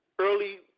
early